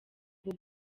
uku